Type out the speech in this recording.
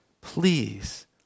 please